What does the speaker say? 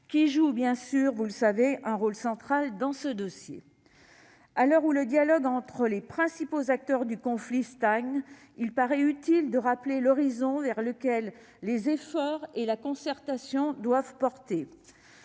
qui jouent bien sûr un rôle central dans ce dossier. À l'heure où le dialogue entre les principaux acteurs du conflit stagne, il paraît utile de rappeler l'horizon vers lequel les efforts et la concertation doivent porter,